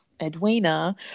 edwina